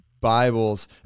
Bibles